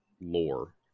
lore